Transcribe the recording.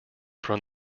from